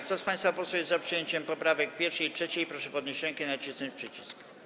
Kto z państwa posłów jest za przyjęciem poprawek 1. i 3., proszę podnieść rękę i nacisnąć przycisk.